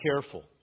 careful